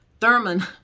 Thurman